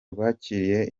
rwakiriye